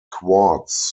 quartz